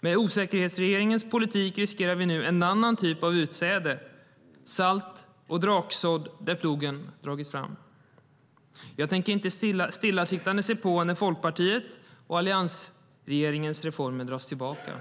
Med osäkerhetsregeringens politik riskerar vi nu en annan typ av utsäde - salt och draksådd där plogen dragit fram. Jag tänker inte stillasittande se på när Folkpartiets och alliansregeringens reformer dras tillbaka.